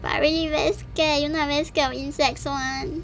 but I really very scared you know I very scared of insects [one]